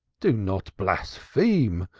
do not blaspheme!